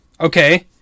Okay